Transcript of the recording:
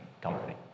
company